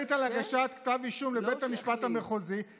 שיחליט על הגשת כתב אישום לבית המשפט המחוזי,